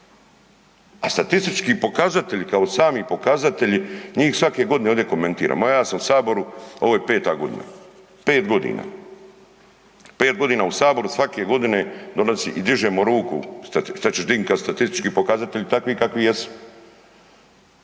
A statistički pokazatelji kao sami pokazatelji, njih svake godine ovdje komentiramo, a ja sam u Saboru, ovo je 5. godina. 5 godina. 5 godina u Saboru, svake godine donosi i dižemo ruku, .../nerazumljivo/... statistički pokazatelji takvi kakvi jesu.